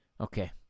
Okay